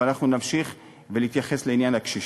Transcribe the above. אבל אנחנו נמשיך להתייחס לעניין הקשישים.